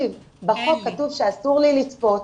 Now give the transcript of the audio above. בחוק כתוב שאסור לי לצפות.